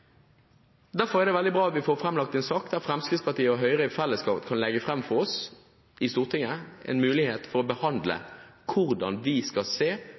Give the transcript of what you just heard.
Derfor er det veldig bra at vi får framlagt en sak der Fremskrittspartiet og Høyre i fellesskap kan gi Stortinget en mulighet for å diskutere hvordan vi skal